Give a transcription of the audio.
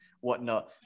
whatnot